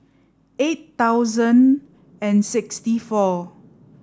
eight thousand and sixty four